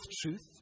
truth